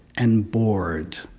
and bored.